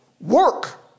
work